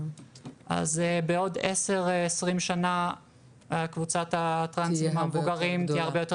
אז בעוד כ-10 או 20 שנה קבוצת הטרנסים המבוגרים תהיה הרבה יותר